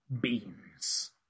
beans